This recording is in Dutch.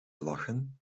lachen